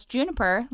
Juniper